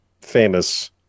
famous